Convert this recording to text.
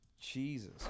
Jesus